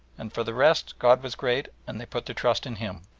and for the rest god was great, and they put their trust in him.